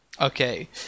Okay